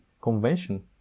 convention